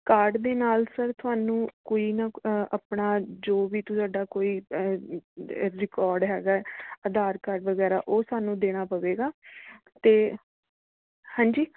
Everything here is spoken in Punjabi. ਕਾਰਡ ਦੇ ਨਾਲ ਸਰ ਤੁਹਾਨੂੰ ਕੋਈ ਨਾ ਆਪਣਾ ਜੋ ਵੀ ਤੁਹਾਡਾ ਕੋਈ ਰਿਕਾਰਡ ਹੈਗਾ ਆਧਾਰ ਕਾਰਡ ਵਗੈਰਾ ਉਹ ਸਾਨੂੰ ਦੇਣਾ ਪਵੇਗਾ ਅਤੇ ਹੈਂ ਜੀ